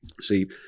See